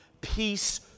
peace